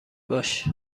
باش